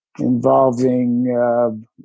involving